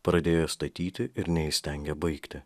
pradėjo statyti ir neįstengia baigti